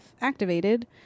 activated